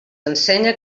ensenya